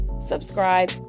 subscribe